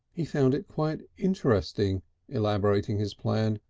he found it quite interesting elaborating his plan.